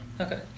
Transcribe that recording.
Okay